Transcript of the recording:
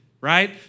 right